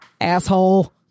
asshole